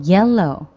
Yellow